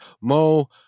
Mo